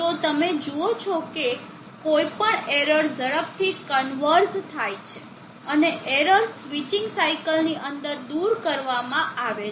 તો તમે જુઓ છો કે કોઈપણ એરર ઝડપથી કન્વર્ઝ થાય છે અને એરર સ્વિચિંગ સાઇકલની અંદર દૂર કરવામાં આવે છે